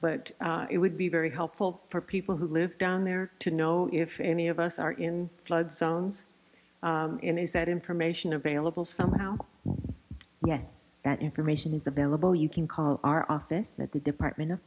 that but it would be very helpful for people who live down there to know if any of us are in flood zones and is that information available somehow yes that information is available you can call our office at the department of